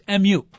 MU